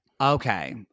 Okay